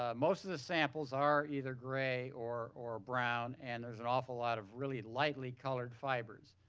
ah most of the samples are either gray or or brown and there're an awful lot of really lightly colored fibers.